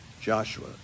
Joshua